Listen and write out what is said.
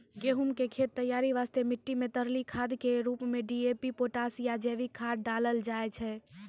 गहूम के खेत तैयारी वास्ते मिट्टी मे तरली खाद के रूप मे डी.ए.पी पोटास या जैविक खाद डालल जाय छै